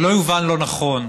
שלא יובן לא נכון,